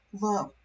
love